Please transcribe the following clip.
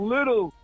Little